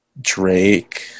drake